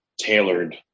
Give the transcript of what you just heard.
tailored